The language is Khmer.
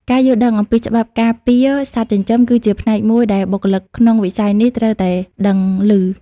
ការយល់ដឹងអំពីច្បាប់ការពារសត្វចិញ្ចឹម គឺជាផ្នែកមួយដែលបុគ្គលិកក្នុងវិស័យនេះត្រូវតែដឹងឮ។